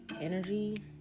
energy